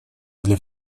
для